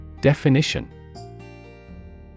Definition